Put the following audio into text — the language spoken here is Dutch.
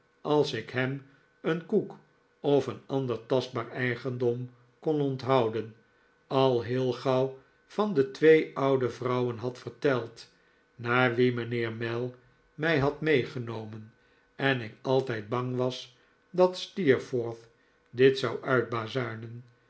als ik hem een koek of een ander tastbaar eigendom kon onthouden al heel gauw van de twee oude vrouwen had verteld naar wie mijnheer mell mij had meegenomen en ik altijd bang was dat steerforth dit zou